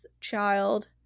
child